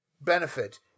benefit